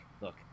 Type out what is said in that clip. Look